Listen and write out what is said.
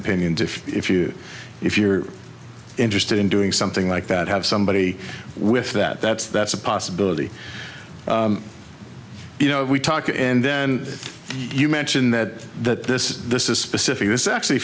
opinions if if you if you're interested in doing something like that have somebody with that that's that's a possibility you know we talk and then you mention that that this is this is specific this is actually